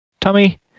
tummy